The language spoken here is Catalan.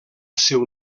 seu